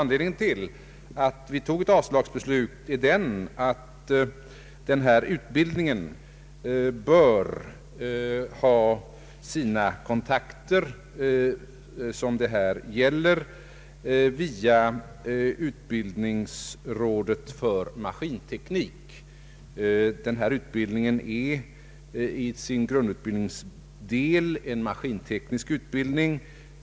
Anledningen till avslagsbeslutet är att denna utbildning bör ha de kontakter som det här gäller via utbildningsrådet för maskinteknik. Denna utbildning är i sin grundutbildningsdel en maskinteknisk utbildning.